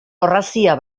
orrazia